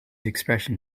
expression